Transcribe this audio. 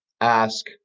ask